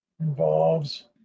involves